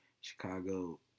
Chicago